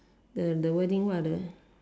the the wording what are the